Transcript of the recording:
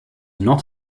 not